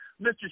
Mr